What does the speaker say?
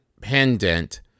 pendant